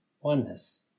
oneness